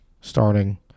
starting